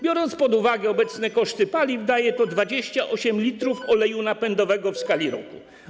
Biorąc pod uwagę obecne koszty paliw, daje to 28 l oleju napędowego w skali roku.